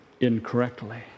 incorrectly